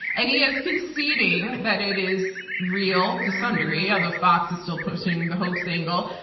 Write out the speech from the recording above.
and he is conceding that it is real to some degree, although fox is still pushing the hoax angle.